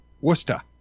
Worcester